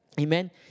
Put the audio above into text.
Amen